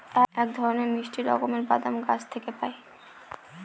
এক ধরনের মিষ্টি রকমের বাদাম গাছ থেকে পায়